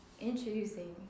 Introducing